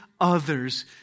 others